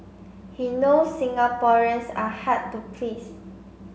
he knows Singaporeans are hard to please